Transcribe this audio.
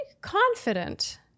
confident